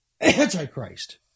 Antichrist